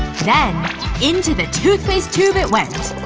then into the toothpaste tube it went.